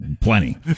plenty